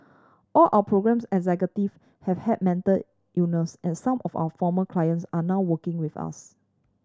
all our programme executive have had mental illness and some of our former clients are now working with us